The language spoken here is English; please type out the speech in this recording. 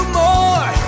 more